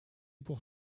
pour